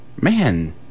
Man